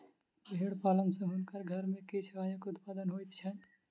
भेड़ पालन सॅ हुनकर घर में किछ आयक उत्पादन होइत छैन